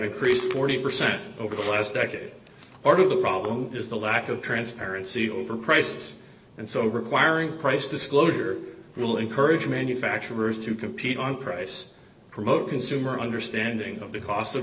increased forty percent over the last decade or two the problem is the lack of transparency overpriced and so requiring price disclosure will encourage manufacturers to compete on price promote consumer understanding of the cost of